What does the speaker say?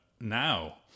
now